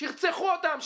שירצחו אותם,